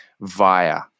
Via